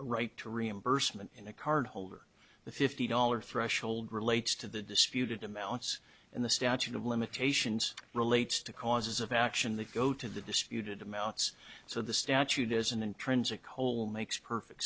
a right to reimbursement in a cardholder the fifty dollars threshold relates to the disputed amounts in the statute of limitations relates to causes of action that go to the disputed amounts so the statute as an intrinsic whole makes perfect